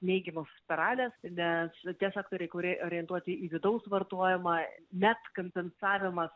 neigiamos spiralės nes tie sektoriai kurie orientuoti į vidaus vartojimą net kompensavimas